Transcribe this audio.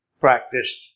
practiced